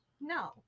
No